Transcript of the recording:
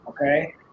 Okay